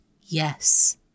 yes